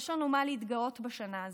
יש לנו על מה להתגאות בשנה הזו.